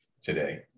today